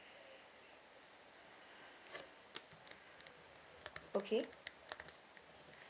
okay